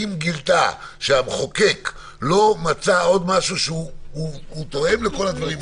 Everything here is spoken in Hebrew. אם גילתה שהמחוקק לא מצא עוד משהו שהוא תואם לכל הדברים האלה,